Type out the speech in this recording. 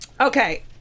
okay